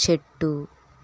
చెట్టు